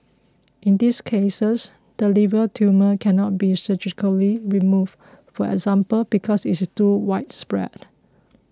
in these cases the liver tumour cannot be surgically removed for example because it is too widespread